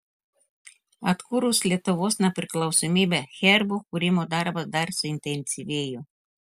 atkūrus lietuvos nepriklausomybę herbų kūrimo darbas dar suintensyvėjo